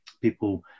People